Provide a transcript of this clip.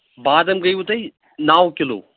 بادام گٔیوُ تۄہہِ نَو کِلوٗ